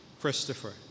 Christopher